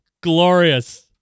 Glorious